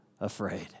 afraid